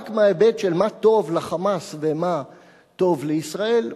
רק מההיבט של מה טוב ל"חמאס" ומה טוב לישראל,